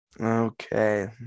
Okay